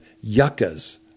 yuccas